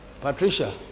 Patricia